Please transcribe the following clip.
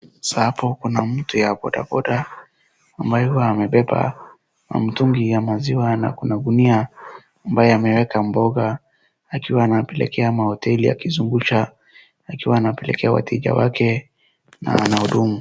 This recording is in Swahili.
Sasa hapo kuna mtu ya bodaboda ambaye amebeba mtungi ya maziwa na kuna gunia ambayo ameeka mboga akiwa anapelekea mahoteli akizungusha akiwa anapelekea wateja wake na wahudumu.